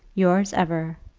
yours ever,